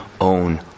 own